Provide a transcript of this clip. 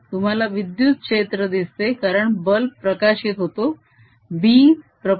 तुम्हाला विद्युत क्षेत्र दिसते कारण बल्ब प्रकाशित होतो